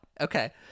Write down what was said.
okay